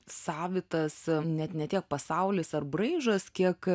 savitas net ne tiek pasaulis ar braižas kiek